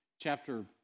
chapter